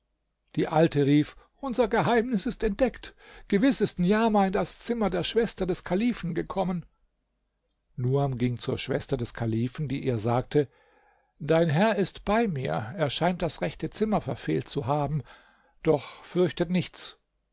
die alte rief unser geheimnis ist entdeckt gewiß ist niamah in das zimmer der schwester des kalifen gekommen nuam ging zur schwester des kalifen die ihr sagte dein herr ist bei mir er scheint das rechte zimmer verfehlt zu haben doch fürchtet nichts